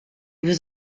was